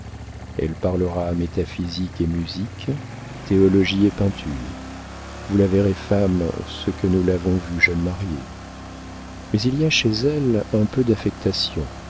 elle parlera métaphysique et musique théologie et peinture vous la verrez femme ce que nous l'avons vue jeune mariée mais il y a chez elle un peu d'affectation